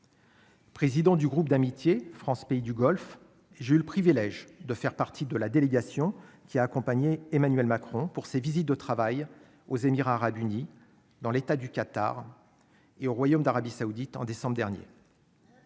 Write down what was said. Président du groupe d'amitié France-Pays du Golfe, j'ai eu le privilège de faire partie de la délégation qui a accompagné Emmanuel Macron pour ses visites de travail aux Émirats arabes unis dans l'État du Qatar et au Royaume d'Arabie Saoudite en décembre dernier.